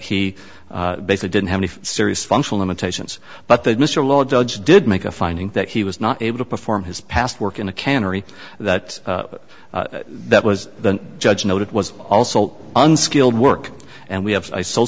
e basically didn't have any serious functional imitations but that mr lloyd judge did make a finding that he was not able to perform his past work in a cannery that that was the judge noted was also unskilled work and we have